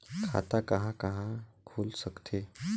खाता कहा कहा खुल सकथे?